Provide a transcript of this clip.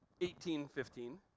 1815